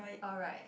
alright